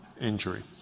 injury